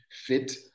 fit